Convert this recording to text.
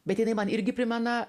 bet jinai man irgi primena